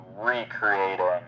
recreating